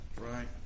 right